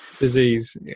disease